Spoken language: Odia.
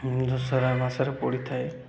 ଦଶହରା ମାସରେ ପଡ଼ିଥାଏ